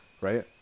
right